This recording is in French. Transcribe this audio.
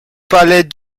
palais